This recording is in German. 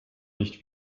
nicht